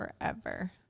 forever